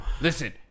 listen